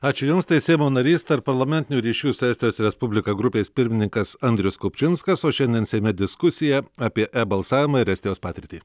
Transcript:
ačiū jums tai seimo narys tarpparlamentinių ryšių su estijos respublika grupės pirmininkas andrius kupčinskas o šiandien seime diskusija apie e balsavimą ir estijos patirtį